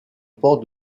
port